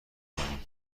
کنیم